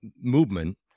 movement